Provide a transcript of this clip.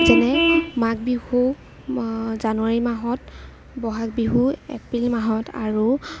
যেনে মাঘ বিহু জানুৱাৰী মাহত ব'হাগ বিহু এপ্ৰিল মাহত আৰু